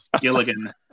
Gilligan